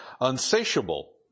unsatiable